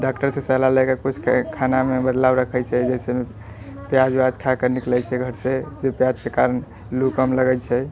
डॉक्टरसँ सलाह लए कऽ किछु खानामे बदलाव रखै छै जैसेमे प्याज व्याज खाकऽ निकलै छै घरसँ जाहि प्याजके कारण लू कम लगै छै